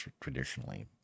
traditionally